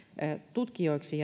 tutkijoiksi